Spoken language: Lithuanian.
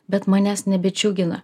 bet manęs nebedžiugina